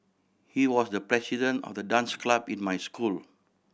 he was the president of the dance club in my school